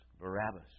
Barabbas